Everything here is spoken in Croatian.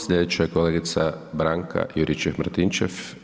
Sljedeća je kolegica Branka Juričev-Martinčev.